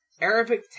Arabic